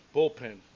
Bullpen